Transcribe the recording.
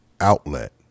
outlet